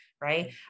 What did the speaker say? right